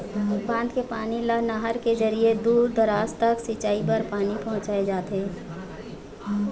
बांध के पानी ल नहर के जरिए दूर दूराज तक सिंचई बर पानी पहुंचाए जाथे